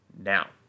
Now